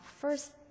First